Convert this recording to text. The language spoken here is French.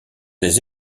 des